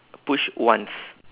push once